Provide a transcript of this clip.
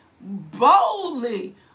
boldly